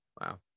Wow